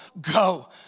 go